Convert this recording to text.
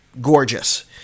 gorgeous